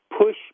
push